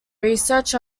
research